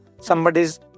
somebody's